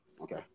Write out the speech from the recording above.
okay